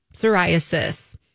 psoriasis